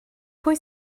pwy